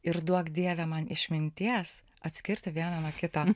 ir duok dieve man išminties atskirti vieną nuo kito